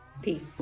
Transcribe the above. Peace